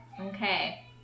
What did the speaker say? Okay